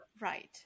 right